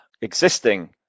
existing